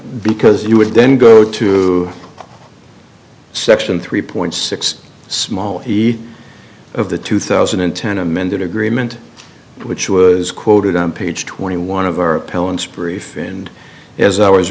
because you would then go to section three point six small heat of the two thousand and ten amended agreement which was quoted on page twenty one of our appellant's brief and as i was